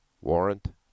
Warrant